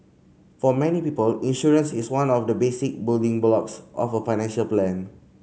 for many people insurance is one of the basic building blocks of a financial plan